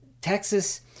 Texas